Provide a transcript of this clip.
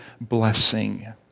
blessing